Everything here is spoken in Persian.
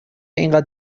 اینقدر